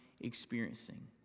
experiencing